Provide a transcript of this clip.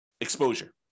exposure